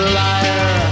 liar